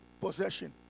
possession